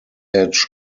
edge